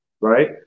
right